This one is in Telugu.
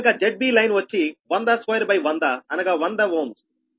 కనుక ZBline వచ్చి 1002100అనగా 100Ω